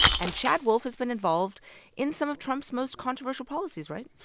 and chad wolf has been involved in some of trump's most controversial policies, right?